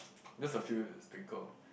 just a few sticker